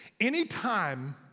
Anytime